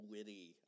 Witty